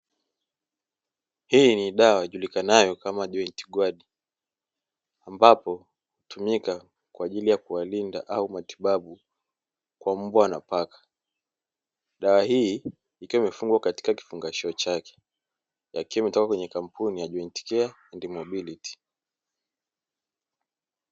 Hii ni dawa ijulikanayo kama ¨jointguard¨ ambapo hutumika kwa ajili ya kuwalinda au matibabu kwa mbwa na paka, dawa hii ikiwa imefungwa katika kifungashio chake ikiwa imetoka kwenye kampuni ya ¨jointcare and mobility¨.